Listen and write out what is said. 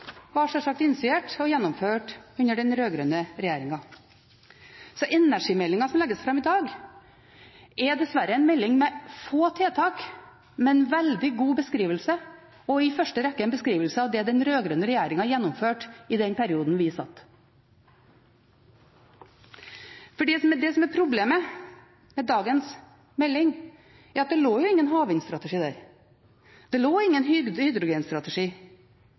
var sjølsagt initiert av og gjennomført under den rød-grønne regjeringen. Energimeldingen som legges fram i dag, er dessverre en melding med få tiltak, men med en veldig god beskrivelse, i første rekke en beskrivelse av det den rød-grønne regjeringen gjennomførte i den perioden vi satt. Problemet med dagens melding er at det er ingen havvindstrategi der, det er ingen hydrogenstrategi